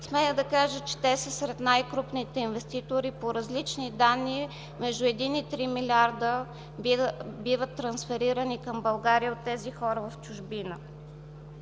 Смея да кажа, че те са сред най-крупните инвеститори – по различни данни, между един и три милиарда биват трансферирани към България от тези хора в чужбина.